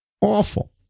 Awful